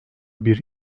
bir